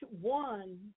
one